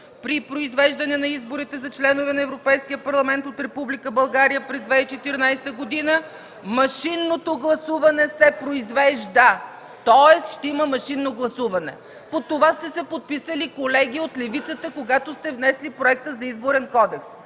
„При произвеждане на изборите за членове на Европейския парламент от Република България през 2014 г. машинното гласуване се произвежда”, тоест ще има машинно гласуване. Под това сте се подписали, колеги от левицата, когато сте внесли Проекта за Изборен кодекс,